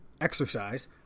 exercise